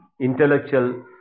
intellectual